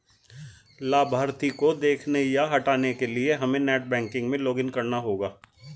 लाभार्थी को देखने या हटाने के लिए हमे नेट बैंकिंग में लॉगिन करना होगा